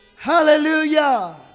Hallelujah